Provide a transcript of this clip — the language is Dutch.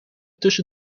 tussen